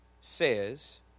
says